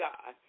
God